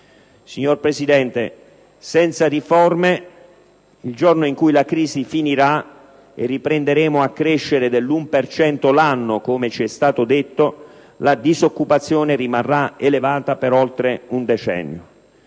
Signora Presidente, senza riforme, il giorno in cui la crisi finirà e riprenderemo a crescere dell'1 per cento l'anno, come ci è stato detto, la disoccupazione rimarrà elevata per oltre un decennio.